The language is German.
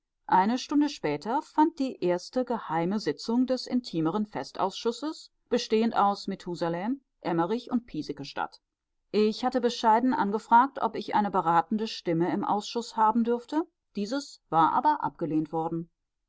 eine stunde später fand die erste geheime sitzung des intimeren festausschusses bestehend aus methusalem emmerich und piesecke statt ich hatte bescheiden angefragt ob ich eine beratende stimme im ausschuß haben dürfte dieses war aber abgelehnt worden